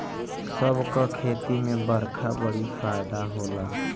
सब क खेती में बरखा बड़ी फायदा होला